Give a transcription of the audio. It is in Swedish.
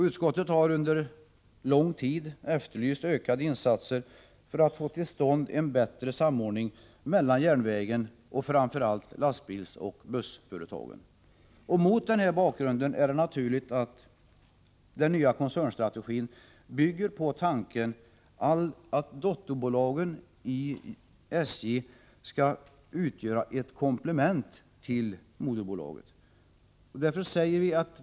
Utskottet har under lång tid efterlyst ökade insatser för att få till stånd en bättre samordning mellan järnvägen och framför allt lastbilsoch bussföretagen. Mot denna bakgrund är det naturligt att den nya koncernstrategin bygger på tanken att dotterbolagen i SJ skall utgöra ett komplement till moderbolaget.